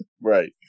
Right